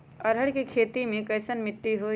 अरहर के खेती मे कैसन मिट्टी होइ?